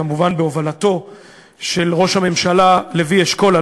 כמובן בהובלתו של ראש הממשלה לוי אשכול,